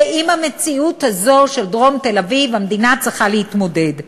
ועם המציאות הזאת של דרום תל-אביב המדינה צריכה להתמודד,